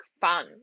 fun